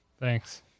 Thanks